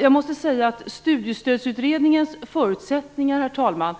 Jag måste säga att Studiestödsutredningens förutsättningar, herr talman,